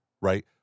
right